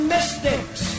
Mystics